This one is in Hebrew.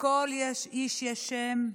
לכל איש יש שם,